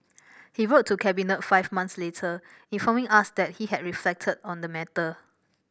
he wrote to Cabinet five months later informing us that he had reflected on the matter